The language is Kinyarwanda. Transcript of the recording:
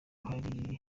hari